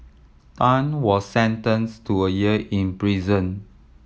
Tan was sentenced to a year in prison